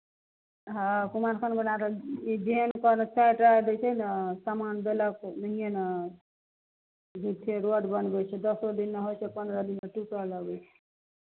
हँ कुमारखंडमे बना रहल छै ने जेहन सामान देलक ओनहिए ने जे छै रोड बनबै छै दसो दिन नहि होइ छै पन्द्रह दिनमे टूटय लगै छै